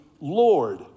Lord